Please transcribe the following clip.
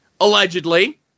allegedly